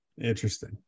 Interesting